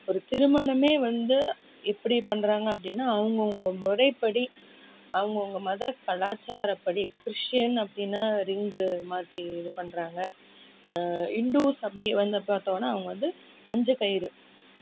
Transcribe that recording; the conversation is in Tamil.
ஒரு திருமணமே வந்து எப்படி பண்ணுறாங்க அப்படின்னா அவங்க அவங்க முறைப்படி அவங்க அவங்க மத கலாச்சாரப்படி இப்போ கிறிஸ்டின் அப்படின்னா ரிங்கு மாற்றி இது பண்ணுறாங்க ஹிந்தூஸ் அப்படி வந்து பார்த்தோன்னா அவங்க வந்து மஞ்சள் கயிறு